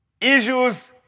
issues